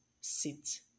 sit